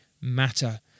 matter